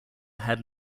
had